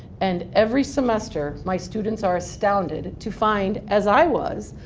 and every semester my students are astounded to find, as i was,